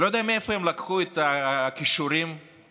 אני לא יודע מאיפה הם לקחו את הכישורים להפוך